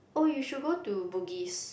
oh you should go to Bugis